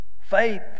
Faith